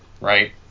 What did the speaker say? right